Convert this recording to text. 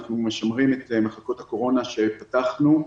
אנחנו משמרים את מחלקות הקורונה שפתחנו.